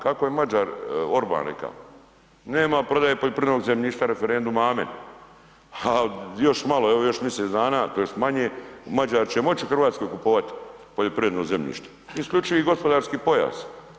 Kako je Mađar Orban rekao, nema prodaje poljoprivrednog zemljišta referendum amen, ha još malo evo još misec dana i još manje Mađari će moći u Hrvatskoj kupovati poljoprivredno zemljište, isključivi gospodarski pojas.